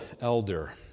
elder